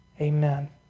Amen